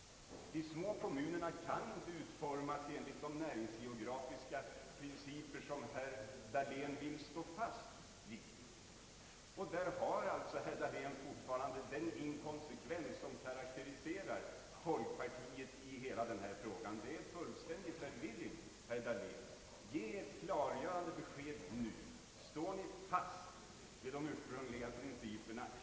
De små kommunerna kan inte utformas enligt de näringsgeografiska principer som herr Dahlén vill stå fast vid. Här kommer alltså från herr Dahléns sida den inkonsekvens till uttryck som karakteriserar folkpartiet i hela denna fråga. Här råder en full ständig förvirring, herr Dahlén. Ge ett klargörande besked nu: Står ni fast vid de ursprungliga principerna?